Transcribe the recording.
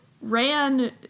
ran